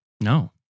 No